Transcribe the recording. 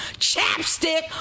chapstick